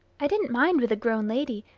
i didn't mind with a grown lady,